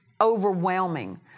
overwhelming